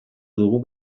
dugu